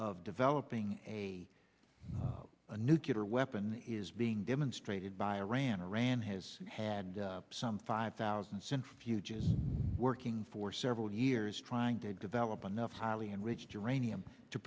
of developing a a nuclear weapon is being demonstrated by iran iran has had some five thousand centrifuges working for several years trying to develop enough highly enriched uranium to